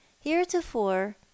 Heretofore